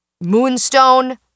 Moonstone